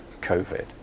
COVID